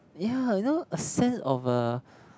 ya you know a sense of a